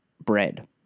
bread